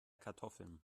kartoffeln